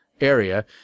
area